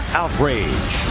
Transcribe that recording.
outrage